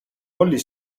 όλοι